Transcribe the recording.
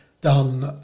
done